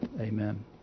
Amen